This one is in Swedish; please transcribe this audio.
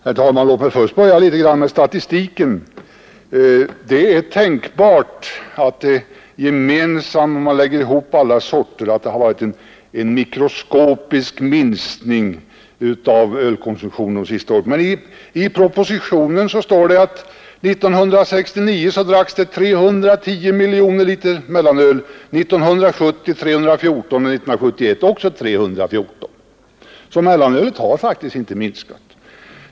Herr talman! Låt mig börja med statistiken. Det är tänkbart, om man lägger ihop alla sorter, att det varit en mikroskopisk minskning av ölkonsumtionen under det senaste året. Men i propositionen står det att 1969 dracks 310 miljoner liter mellanöl, 1970 314 miljoner och 1971 också 314 miljoner liter, så mellanölet har faktiskt inte minskat.